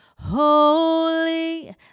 Holy